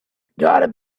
gotta